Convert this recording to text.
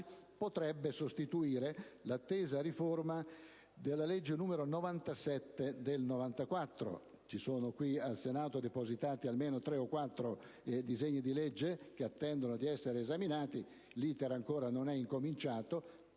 potrebbe sostituire l'attesa riforma della legge n. 97 del 1994. Ci sono qui al Senato depositati almeno tre o quattro disegni di legge che attendono di essere esaminati, il cui *iter* non è ancora cominciato.